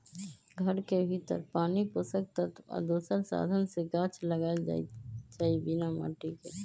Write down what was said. घर के भीतर पानी पोषक तत्व आ दोसर साधन से गाछ लगाएल जाइ छइ बिना माटिके